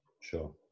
Sure